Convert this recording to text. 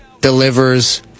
delivers